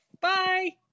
Bye